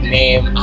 name